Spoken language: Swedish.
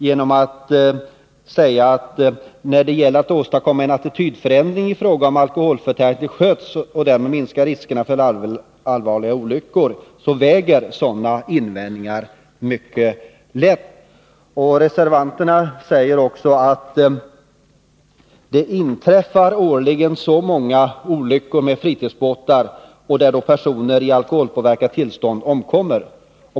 De sade att när det gäller att åstadkomma en attitydförändring i fråga om alkoholförtäring till sjöss och därmed minska riskerna för allvarliga olyckor väger sådana invändningar mycket lätt. Reservanterna framhåller också att det årligen inträffar många olyckor med fritidsbåtar, varvid personer i alkoholpåverkat tillstånd omkommer.